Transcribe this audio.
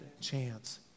chance